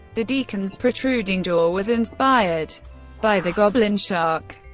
the deacon's protruding jaw was inspired by the goblin shark.